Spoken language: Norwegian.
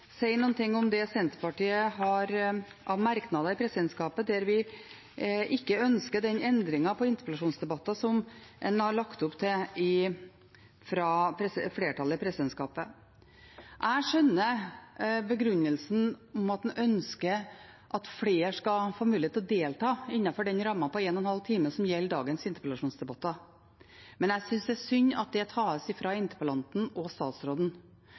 si noe om det Senterpartiet har av merknader i presidentskapet, der vi ikke ønsker den endringen i interpellasjonsdebatter som en har lagt opp til fra flertallet i presidentskapet. Jeg skjønner begrunnelsen om at en ønsker at flere skal få mulighet til å delta innenfor rammen på en og en halv time, som gjelder dagens interpellasjonsdebatter, men jeg synes det er synd at det tas fra interpellanten og statsråden.